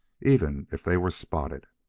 even if they were spotted.